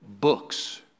books